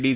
D